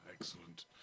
excellent